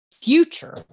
future